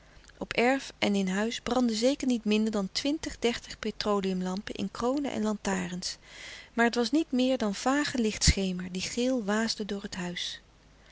op erf en in huis brandden zeker niet minder dan twintig dertig petroleumlampen in kronen en lantarens maar het was niet meer dan vagen lichtschemer die geel waasde door het huis